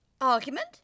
Argument